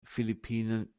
philippinen